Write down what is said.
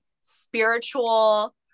spiritual